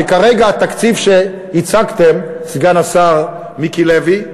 כי כרגע התקציב שהצגתם, סגן השר מיקי לוי,